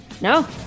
no